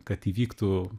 kad įvyktų